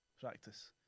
practice